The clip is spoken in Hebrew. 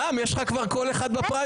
רם, יש לך כבר קול אחד בפריימריז.